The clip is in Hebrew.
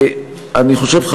אני חושב,